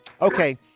okay